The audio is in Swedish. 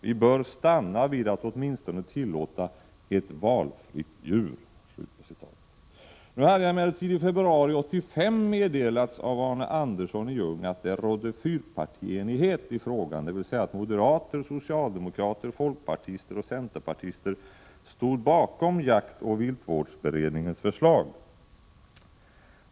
Vi bör stanna vid att åtminstone tillåta ett valfritt djur.” Jag hade emellertid i februari 1985 meddelats av Arne Andersson i Ljung att det rådde fyrpartienighet i frågan, dvs. att moderater, socialdemokrater, folkpartister och centerpartister stod bakom jaktoch viltvårdsberedningens förslag.